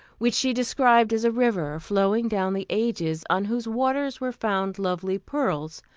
which she described as a river flowing down the ages, on whose waters were found lovely pearls.